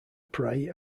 prey